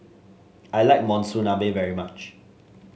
I like Monsunabe very much